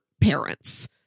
parents